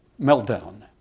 meltdown